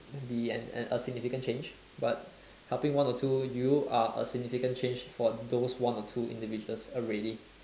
be an a significant change but helping one or two you are a significant change for those one or two individuals already